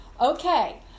Okay